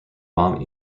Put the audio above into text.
bomb